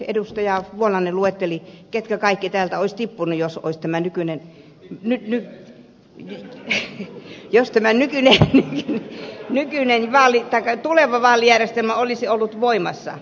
vuolanne luetteli ketkä kaikki täältä osti pullia sokos tämä nykyinen olisivat tippuneet jos olisi tämä tuleva vaalijärjestelmä olisi ollut voimassa